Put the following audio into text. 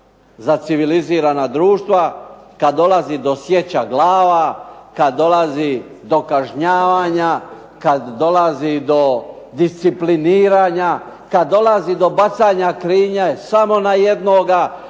za civilizirana društva kada dolazi do sjeća glava, kad dolazi do kažnjavanja, kad dolazi do discipliniranja, kad dolazi do bacanja krivnje samo na jednoga,